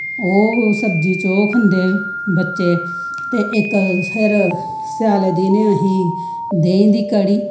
ओह् सब्जी च ओह् खंदे ते इक फिर स्यालें दिने अस देंही दी कढ़ी